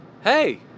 Hey